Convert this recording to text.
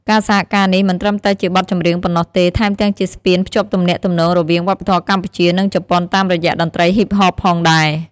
ការសហការនេះមិនត្រឹមតែជាបទចម្រៀងប៉ុណ្ណោះទេ ថែមទាំងជាស្ពានភ្ជាប់ទំនាក់ទំនងរវាងវប្បធម៌កម្ពុជា និងជប៉ុនតាមរយៈតន្ត្រីហ៊ីបហបផងដែរ។